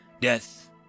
Death